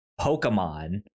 Pokemon